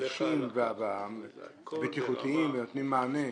החדישים והבטיחותיים ונותנים מענה.